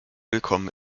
willkommen